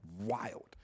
wild